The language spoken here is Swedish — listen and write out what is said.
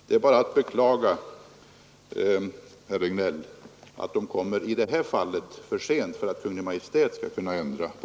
Det är att beklaga, herr Regnéll, att de i detta fall kommer för sent för att Kungl. Maj:t skall kunna ändra på